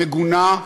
מגונה,